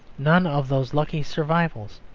none of those lucky survivals,